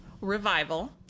Revival